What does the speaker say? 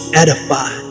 edify